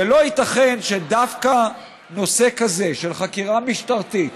ולא ייתכן שדווקא נושא כזה, של חקירה משטרתית